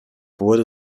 wurde